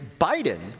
Biden